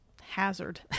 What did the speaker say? hazard